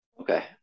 Okay